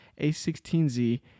A16Z